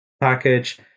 package